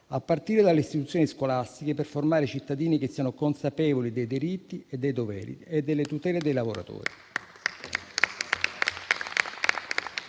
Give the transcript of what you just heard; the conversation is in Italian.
a partire dalle istituzioni scolastiche, per formare i cittadini e fare in modo che siano consapevoli dei diritti, dei doveri e delle tutele dei lavoratori.